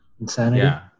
Insanity